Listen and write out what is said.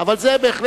אבל זה בהחלט